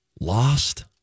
Lost